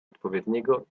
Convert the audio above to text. odpowiedniego